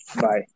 Bye